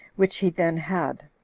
which he then had.